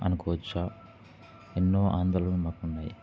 అనుకోవచ్చా ఎన్నో ఆందోనళలు మాకున్నాయి